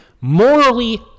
morally